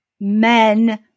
men